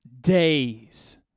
days